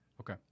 Okay